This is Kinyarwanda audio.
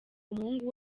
umuhungu